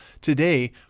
today